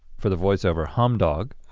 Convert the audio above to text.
for the voiceover, hum-dog.